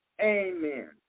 Amen